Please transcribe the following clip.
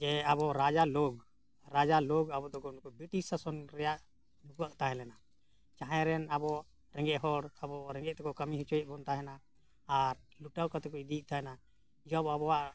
ᱡᱮ ᱟᱵᱚ ᱨᱟᱡᱟ ᱞᱳᱜ ᱨᱟᱡᱟ ᱞᱳᱜᱽ ᱟᱵᱚ ᱫᱚ ᱱᱩᱠᱩ ᱵᱨᱤᱴᱤᱥ ᱥᱟᱥᱚᱱ ᱨᱮᱭᱟᱜ ᱱᱩᱠᱩᱣᱟᱜ ᱛᱟᱦᱮᱸ ᱞᱮᱱᱟ ᱡᱟᱦᱟᱸᱭ ᱨᱮᱱ ᱟᱵᱚ ᱨᱮᱜᱮᱡ ᱦᱚᱲ ᱟᱵᱚ ᱨᱮᱸᱜᱮᱡ ᱛᱮᱠᱚ ᱠᱟᱹᱢᱤ ᱦᱚᱪᱚᱭᱮᱫ ᱵᱚᱱ ᱛᱟᱦᱮᱱᱟ ᱟᱨ ᱞᱩᱴᱟᱹᱣ ᱠᱟᱛᱮ ᱠᱚ ᱤᱫᱤᱭᱮᱫ ᱛᱟᱦᱮᱱᱟ ᱡᱚᱵ ᱟᱵᱚᱣᱟᱜ